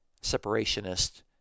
separationist